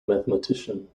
mathematician